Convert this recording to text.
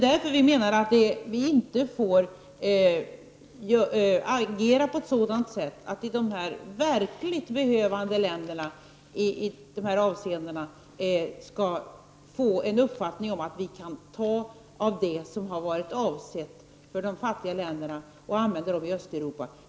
Därför, menar vi, får vi inte agera så att man i de i dessa avseenden verkligt behövande länderna får uppfattningen att vi kan ta av det som varit avsett för dem och använda det i Östeuropa.